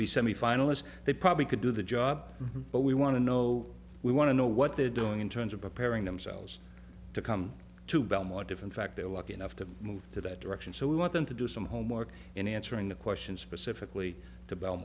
be semifinalists they probably could do the job but we want to know we want to know what they're doing in terms of preparing themselves to come to belmore different fact they're lucky enough to move to that direction so we want them to do some homework in answering the questions specifically